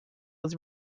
was